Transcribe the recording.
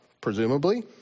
Presumably